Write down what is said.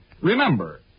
Remember